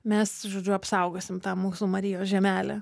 mes žodžiu apsaugosim tą mūsų marijos žemelę